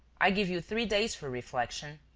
i give you three days for reflection.